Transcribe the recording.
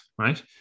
right